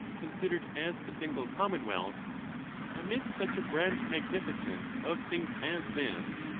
considered as a single commonwealth amid such a grand magnificence of things as this,